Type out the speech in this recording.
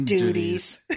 Duties